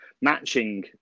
matching